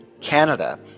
Canada